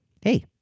hey